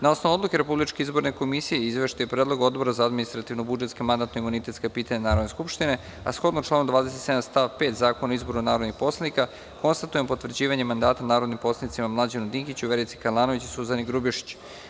Na osnovu Odluke Republičke izborne komisije i Izveštaja i predloga Odbora administrativno-budžetska i mandatno-imunitetska pitanja Narodne skupštine, a shodno članu 27. stav 5. Zakona o izboru narodnih poslanika, konstatujem potvrđivanje mandata narodnim poslanicima Mlađanu Dinkiću, Verici Kalanović i Suzani Grubješić.